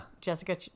Jessica